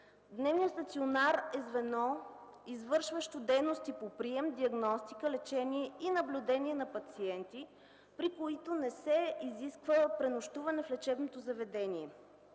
„Дневен стационар” е звено, извършващо дейности по прием, диагностика, лечение и наблюдение на пациенти, при които не се изисква пренощуване в лечебното заведение.